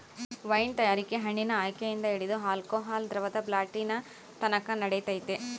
wine ತಯಾರಿಕೆ ಹಣ್ಣಿನ ಆಯ್ಕೆಯಿಂದ ಹಿಡಿದು ಆಲ್ಕೋಹಾಲ್ ದ್ರವದ ಬಾಟ್ಲಿನತಕನ ನಡಿತೈತೆ